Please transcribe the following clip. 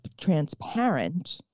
transparent